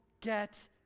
get